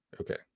okay